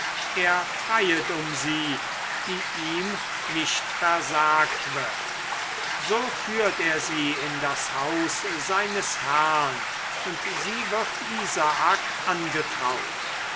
er freiet um sie die ihm nicht versagt wird so führt er sie in das haus seines herrn und sie wird isaak angetraut